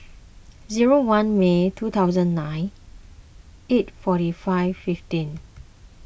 zero one May two thousand nine eight forty five fifteen